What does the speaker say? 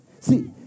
See